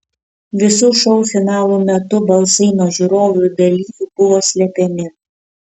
visų šou finalų metu balsai nuo žiūrovų ir dalyvių buvo slepiami